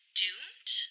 doomed